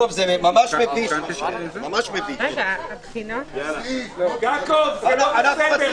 (הישיבה נפסקה בשעה 11:54 ונתחדשה בשעה 13:20.) שלום לכולם,